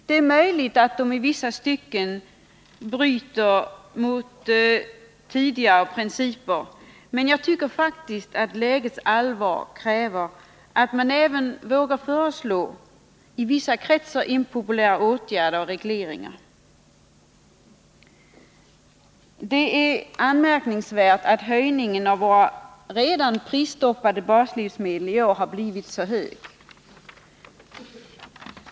Det är möjligt att de i vissa stycken bryter mot tidigare principer, men jag tycker faktiskt att lägets allvar kräver att man även vågar föreslå i vissa kretsar impopulära åtgärder och regleringar. Det är anmärkningsvärt att prishöjningen för våra redan prisstoppade baslivsmedel i år har blivit så stor.